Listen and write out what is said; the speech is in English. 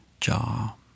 jaw